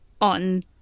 on